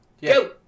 Go